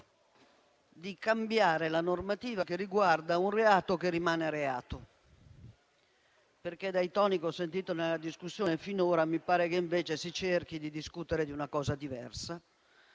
di cambiare la normativa che riguarda un reato che tale rimane. Dai toni che ho sentito nella discussione finora, mi pare invece che si cerchi di discutere una cosa diversa,